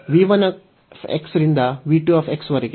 v 1 ರಿಂದ v 2 ವರೆಗೆ